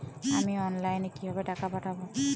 আমি অনলাইনে কিভাবে টাকা পাঠাব?